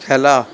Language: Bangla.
খেলা